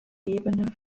ebene